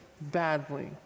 badly